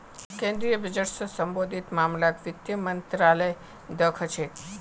केन्द्रीय बजट स सम्बन्धित मामलाक वित्त मन्त्रालय द ख छेक